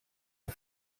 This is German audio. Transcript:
der